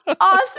awesome